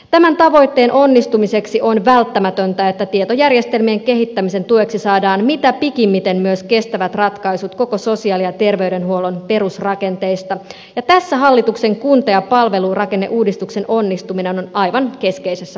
tämän tavoitteen onnistumiseksi on välttämätöntä että tietojärjestelmien kehittämisen tueksi saadaan mitä pikimmiten myös kestävät ratkaisut koko sosiaali ja terveydenhuollon perusrakenteista ja tässä hallituksen kunta ja palvelurakenneuudistuksen onnistuminen on aivan keskeisessä asemassa